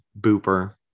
Booper